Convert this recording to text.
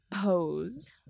Pose